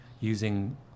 using